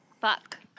Fuck